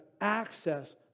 access